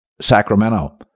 Sacramento